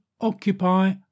occupy